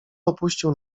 opuścił